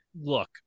look